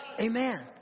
Amen